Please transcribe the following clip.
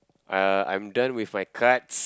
uh I'm done with my cards